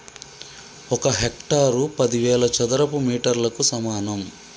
ఒక హెక్టారు పదివేల చదరపు మీటర్లకు సమానం